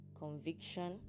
conviction